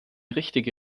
richtige